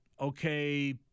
okay